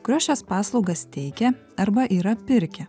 kurios šias paslaugas teikia arba yra pirkę